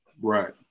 Right